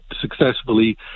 successfully